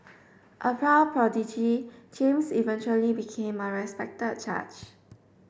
a prodigy James eventually became a respected judge